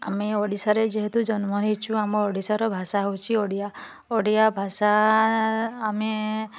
ଆମେ ଓଡ଼ିଶାରେ ଯେହେତୁ ଜନ୍ମ ନେଇଛୁ ଆମ ଓଡ଼ିଶାର ଭାଷା ହେଉଛି ଓଡ଼ିଆ ଓଡ଼ିଆ ଭାଷା ଆମେ